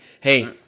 Hey